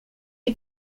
you